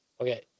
Okay